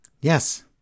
Yes